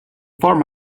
farm